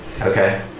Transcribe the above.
Okay